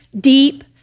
deep